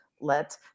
let